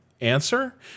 answer